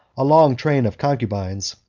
a long train of concubines,